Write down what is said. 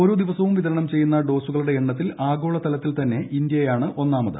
ഓരോ ദിവസവും വിതരണം ചെയ്യുന്ന ഡോസുകളുടെ എണ്ണത്തിൽ ആഗോളതലത്തിൽ തന്നെ ഇന്ത്യയാണ് ഒന്നാമത്